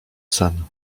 sen